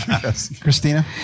Christina